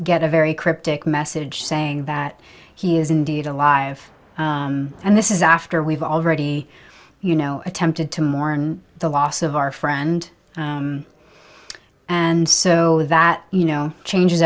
get a very cryptic message saying that he is indeed alive and this is after we've already you know attempted to mourn the loss of our friend and so that you know changes